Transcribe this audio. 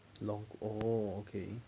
龙骨 oh okay